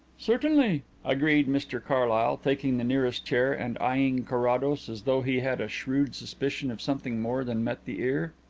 certainly, agreed mr carlyle, taking the nearest chair and eyeing carrados as though he had a shrewd suspicion of something more than met the ear.